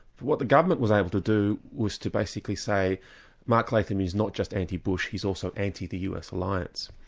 what the government was able to do was to basically say mark latham is not just anti-bush, he's also anti the us alliance'.